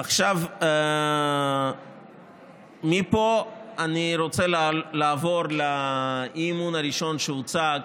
עכשיו, מפה אני רוצה לעבור לאי-אמון הראשון שהוצג